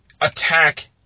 attack